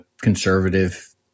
conservative